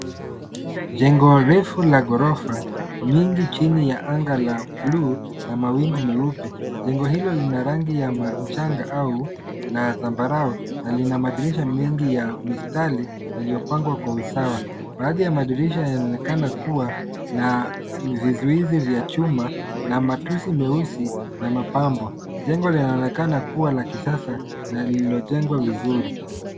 Jengo refu la ghorofa, nyingi chini ya anga la bluu na mawingu meupe. Jengo hilo lina rangi ya mchanga au la zambarau na lina madirisha mengi ya mistari yaliyopangwa kwa usawa. Baadhi ya madirisha yanaonekana kuwa na vizuizi vya chuma na matusi meusi na mapambo. Jengo linaonekana kuwa la kisasa na lililojengwa vizuri.